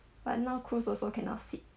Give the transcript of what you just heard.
but now cruise also cannot sit